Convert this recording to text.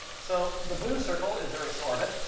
so the blue circle is earth's orbit.